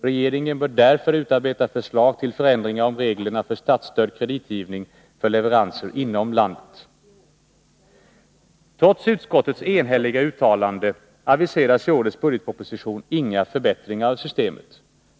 Regeringen bör därför utarbeta förslag till förändringar om reglerna för statsstödd kreditgivning för leveranser inom landet.” Trots utskottets enhälliga uttalande aviseras i årets budgetproposition inga förbättringar av systemet.